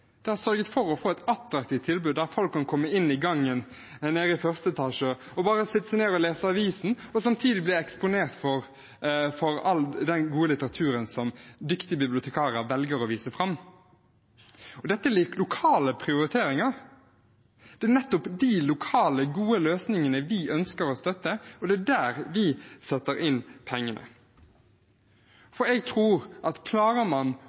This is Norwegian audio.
har sørget for å få et attraktivt tilbud, der folk kan komme inn i gangen nede i første etasje og bare sette seg ned og lese avisen og samtidig bli eksponert for all den gode litteraturen som dyktige bibliotekarer velger å vise fram. Dette er lokale prioriteringer. Det er nettopp de lokale, gode løsningene vi ønsker å støtte, og det er der vi setter inn pengene. Jeg tror at hvis man